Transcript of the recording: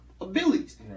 abilities